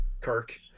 Kirk